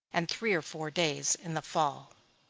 and three or four days in the fall.